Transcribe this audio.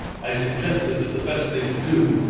i suggested that the best thing to do,